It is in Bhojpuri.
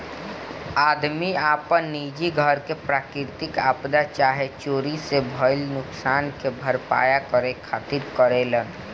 आदमी आपन निजी घर के प्राकृतिक आपदा चाहे चोरी से भईल नुकसान के भरपाया करे खातिर करेलेन